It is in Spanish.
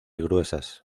gruesas